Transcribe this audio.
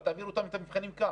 אל תעביר אותם את המבחנים כאן.